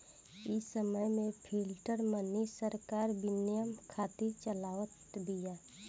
इ समय में फ़िएट मनी सरकार विनिमय खातिर चलावत बिया